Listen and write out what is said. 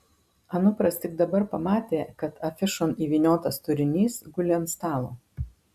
anupras tik dabar pamatė kad afišon įvyniotas turinys guli ant stalo